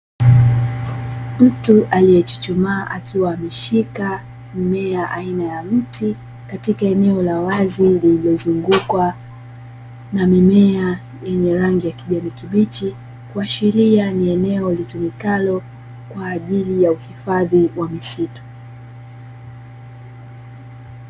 Mtu aliyechuchumaa akiwa ameshika mmea aina ya mti, ktikaa eneo la wazi lililozunguukwa na mimea yenye rangi ya kijani kibichi kuashiria ni eneo litumikalo kwa ajili ya uhifadhi wa misitu.